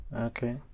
okay